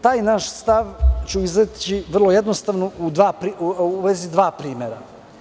Taj naš stav ću izneti vrlo jednostavno, na dva primera.